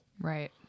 Right